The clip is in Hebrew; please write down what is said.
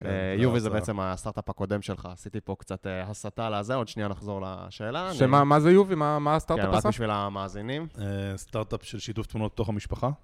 יובי זה בעצם הסטארט-אפ הקודם שלך, עשיתי פה קצת הסתה על הזה, עוד שנייה נחזור לשאלה. מה זה יובי, מה הסטארט-אפ עשה? אני עושה את זה בשביל המאזינים. סטארט-אפ של שיתוף תמונות בתוך המשפחה.